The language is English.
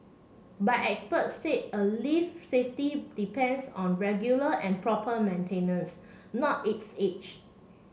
but experts said a lift safety depends on regular and proper maintenance not its age